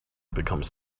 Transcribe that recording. become